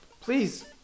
Please